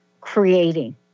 creating